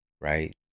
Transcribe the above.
right